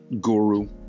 guru